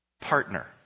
partner